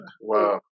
Wow